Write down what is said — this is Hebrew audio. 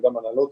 וגם ההנהלות